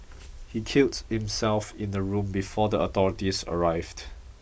he killed himself in the room before the authorities arrived